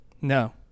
No